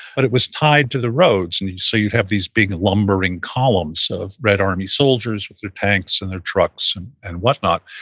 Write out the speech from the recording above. but it was tied to the roads. and so you'd have these big, lumbering columns of red army soldiers with their tanks and their trucks and and what not,